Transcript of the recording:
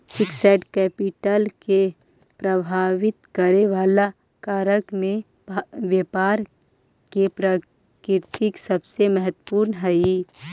fixed capital के प्रभावित करे वाला कारक में व्यापार के प्रकृति सबसे महत्वपूर्ण हई